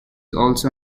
also